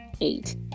Eight